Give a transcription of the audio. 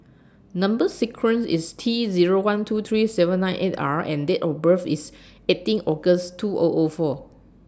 Number sequence IS T Zero one two three seven nine eight R and Date of birth IS eighteen August two O O four